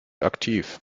aktiv